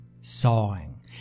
sawing